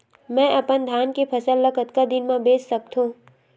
मैं अपन धान के फसल ल कतका दिन म बेच सकथो?